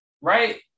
Right